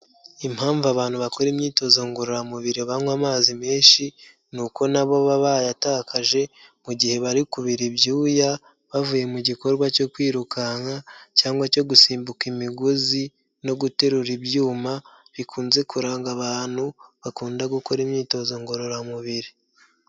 Impamvu abantu bakora imyitozo ngororamubiri banywa amazi menshi, ni uko na bo baba bayatakaje mu gihe bari kubira ibyuya, bavuye mu gikorwa cyo kwirukanka ,cyangwa cyo gusimbuka imigozi no guterura ibyuma, bikunze kuranga abantu bakunda gukora imyitozo ngororamubiri.